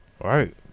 right